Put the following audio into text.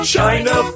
China